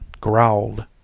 growled